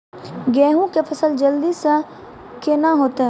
गेहूँ के फसल जल्दी से के ना होते?